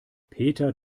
peter